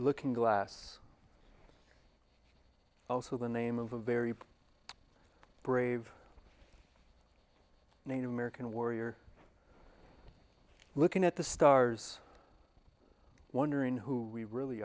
lookingglass also the name of a very brave native american warrior looking at the stars wondering who we really